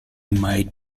might